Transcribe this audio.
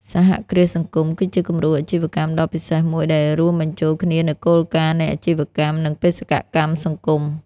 សហគ្រាសសង្គម គឺជាគំរូអាជីវកម្មដ៏ពិសេសមួយ ដែលរួមបញ្ចូលគ្នានូវគោលការណ៍នៃអាជីវកម្ម និងបេសកកម្មសង្គម។